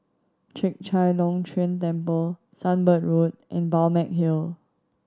Chek Chai Long Chuen Temple Sunbird Road and Balmeg Hill